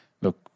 look